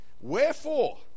wherefore